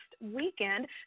weekend